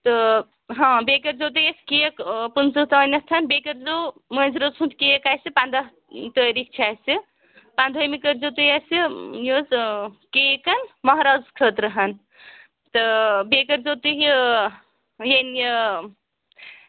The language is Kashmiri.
تہٕ ہاں بیٚیہِ کٔرۍزیٚو تۅہہِ اَسہِ کیک پٕنٛژٕ تانٮ۪تھ بیٚیہِ کٔرۍزیٚو مٲنٛزِ رٲژ ہُنٛد کیک اَسہِ پنٛداہ تٲریٖخ چھِ اَسہِ پنٛدہٲمہِ کٔرۍزیٚو تُہۍ اَسہِ یہِ حظ کیکَن مہرازس خٲطرٕ ہَن تہٕ بیٚیہِ کٔرۍزیٚو تُہۍ یہِ ویٚنہِ